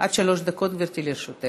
עד שלוש דקות, גברתי, לרשותך.